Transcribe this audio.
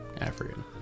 african